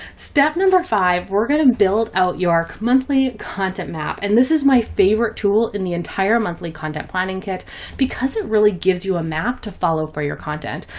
step number five, we're going to build out your monthly content map, and this is my favorite tool in the entire monthly content planning kit because it really gives you a map to follow for your content.